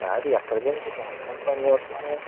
కాదు ఎక్కడ జరిగింది ఎంతమంది పని చేస్తున్నారు